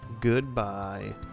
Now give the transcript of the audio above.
Goodbye